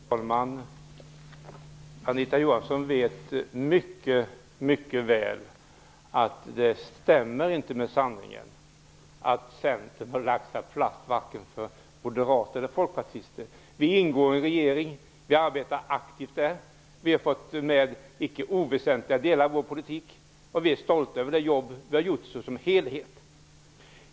Fru talman! Anita Johansson vet mycket väl att det inte stämmer med sanningen att Centern lagt sig platt för moderater eller folkpartister. Centern ingår i regeringen och arbetar aktivt där. Centern har i icke oväsentliga delar fått igenom sin politik. Vi är stolta över vårt jobb som helhet.